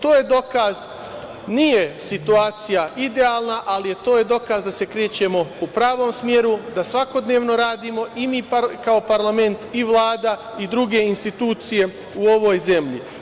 To je dokaz, nije situacija idealna, to je dokaz da se krećemo u pravom smeru, da svakodnevno radimo i mi kao parlament i Vlada i druge institucije u ovoj zemlji.